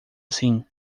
assim